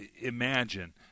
imagine